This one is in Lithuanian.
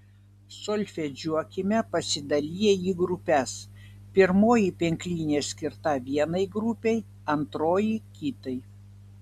solfedžiuokime pasidaliję į grupes pirmoji penklinė skirta vienai grupei antroji kitai